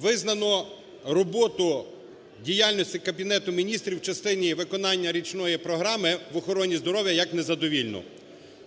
визнано роботу діяльності Кабінету Міністрів в частині виконання річної програми в охороні здоров'я як незадовільну.